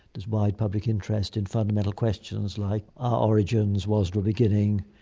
there's wide public interest in fundamental questions like our origins was the beginning.